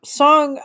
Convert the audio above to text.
song